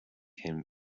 him